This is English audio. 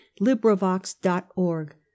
LibriVox.org